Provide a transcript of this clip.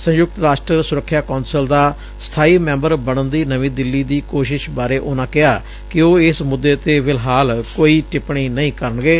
ਸੰਯੁਕਤ ਰਾਸਟਰ ਸੁਰੱਖਿਆ ਕੌਂਸਲ ਦਾ ਸਬਾਈ ਮੈਂਬਰ ਬਣਨ ਦੀ ਨਵੀ ਦਿਲੀ ਦੀ ਕੋਸ਼ਿਸ਼ ਬਾਰੇ ਉਨੂਾ ਕਿਹਾ ਕਿ ਉਹ ਇਸ ਮੁੱਦੇ ਤੇ ਫਿਲਹਾਲ ਕੋਈ ਟਿਪਣੀ ਨਹੀਂ ਕਰਨਗੇ